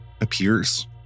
appears